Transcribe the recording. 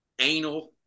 anal